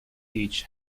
each